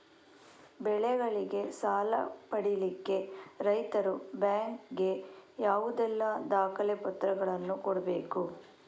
ಬೆಳೆಗಳಿಗೆ ಸಾಲ ಪಡಿಲಿಕ್ಕೆ ರೈತರು ಬ್ಯಾಂಕ್ ಗೆ ಯಾವುದೆಲ್ಲ ದಾಖಲೆಪತ್ರಗಳನ್ನು ಕೊಡ್ಬೇಕು?